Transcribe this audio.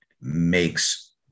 makes